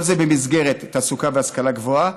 כל זה במסגרת תעסוקה והשכלה גבוהה.